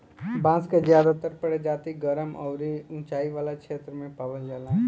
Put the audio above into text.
बांस के ज्यादातर प्रजाति गरम अउरी उचाई वाला क्षेत्र में पावल जाला